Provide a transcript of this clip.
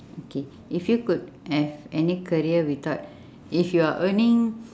okay if you could have any career without if you're earning